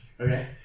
okay